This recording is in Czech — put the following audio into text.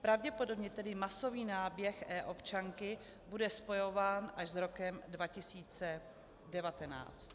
Pravděpodobně tedy masový náběh eobčanky bude spojován až s rokem 2019.